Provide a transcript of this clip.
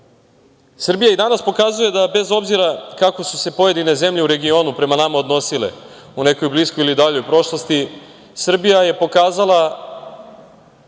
i danas pokazuje da bez obzira kako su se pojedine zemlje u regionu prema nama odnosile u nekoj bliskoj ili daljoj prošlosti, Srbija je pokazala